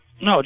No